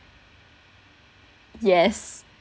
yes